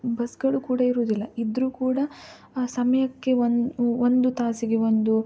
ಬಸ್ಸುಗಳು ಕೂಡ ಇರುವುದಿಲ್ಲ ಇದ್ದರು ಕೂಡ ಆ ಸಮಯಕ್ಕೆ ಒನ್ ಒಂದು ತಾಸಿಗೆ ಒಂದು